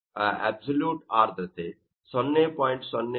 ಆ ಅಬ್ಸಲ್ಯೂಟ್ ಆರ್ದ್ರತೆ 0